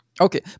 Okay